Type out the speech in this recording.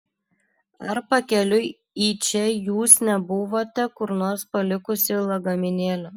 ar pakeliui į čia jūs nebuvote kur nors palikusi lagaminėlio